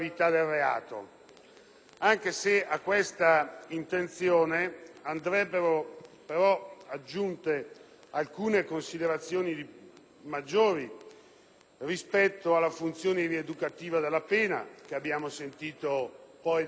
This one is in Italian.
anche se a questa intenzione dovrebbero essere aggiunte alcune considerazioni ulteriori rispetto alla funzione rieducativa della pena, che abbiamo sentito dal senatore Fleres,